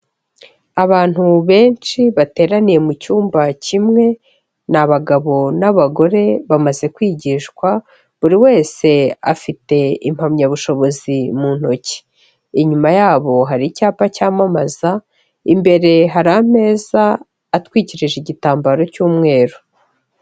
Abantu benshi bateraniye mu cyumba kimwe, ni abagabo n'abagore, bamaze kwigishwa buri wese afite impamyabushobozi mu ntoki. Inyuma yabo hari icyapa cyamamaza, imbere hari ameza atwikirije igitambaro cy'umweru.